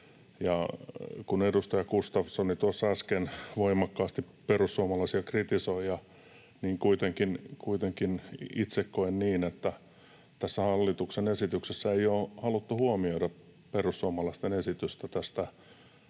kun edustaja Gustafsson tuossa äsken voimakkaasti perussuomalaisia kritisoi, niin kuitenkin itse koen niin, että tässä hallituksen esityksessä ei ole haluttu huomioida perussuomalaisten esitystä tästä pikatestaamisesta,